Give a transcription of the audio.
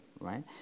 right